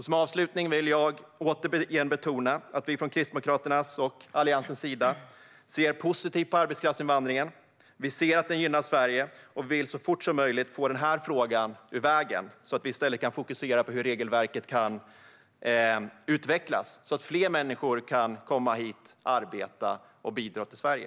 Som avslutning vill jag återigen betona att vi från Kristdemokraternas och Alliansens sida ser positivt på arbetskraftsinvandringen. Vi ser att den gynnar Sverige. Vi vill så fort som möjligt få den här frågan ur vägen och i stället kunna fokusera på hur regelverket kan utvecklas, så att fler människor kan komma hit, arbeta och bidra till Sverige.